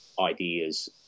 ideas